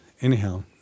anyhow